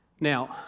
Now